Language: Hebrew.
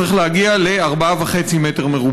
הוא צריך להגיע ל-4.5 מ"ר.